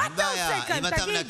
מה אתה עושה כאן, תגיד?